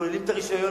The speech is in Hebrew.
שוללים את הרשיון,